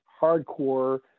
hardcore